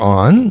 on